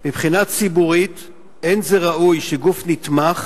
"מבחינה ציבורית אין זה ראוי שגוף נתמך